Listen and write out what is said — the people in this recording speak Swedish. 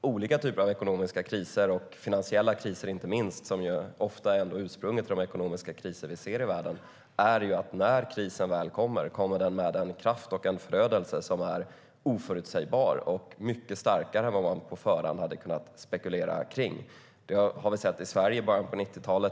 olika typer av ekonomiska kriser och inte minst finansiella kriser, som ofta är ursprunget till de ekonomiska kriser vi ser i världen, visar är det: När krisen väl kommer, kommer den med en kraft och en förödelse som är oförutsägbar och mycket starkare än vad man på förhand hade kunnat spekulera kring. Det har vi sett i Sverige i början av 90-talet.